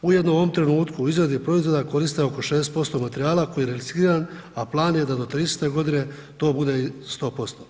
Ujedno, u ovom trenutku u izradi proizvoda koriste oko 60% materijala koji je recikliran, a plan je da do 30. g. to bude i 100%